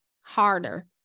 harder